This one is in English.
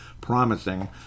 promising